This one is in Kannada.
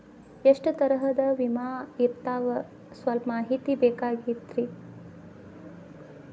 ಎಷ್ಟ ತರಹದ ವಿಮಾ ಇರ್ತಾವ ಸಲ್ಪ ಮಾಹಿತಿ ಬೇಕಾಗಿತ್ರಿ